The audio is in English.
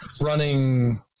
running